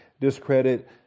discredit